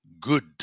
good